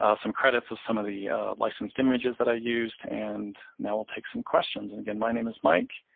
ah some credits of some of the licensed images that i used, and now we'll take some questions. and again, my name is mike,